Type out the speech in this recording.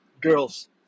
girls